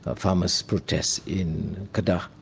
ah farmers protest in kaada